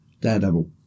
Daredevil